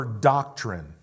doctrine